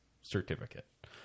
certificate